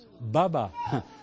Baba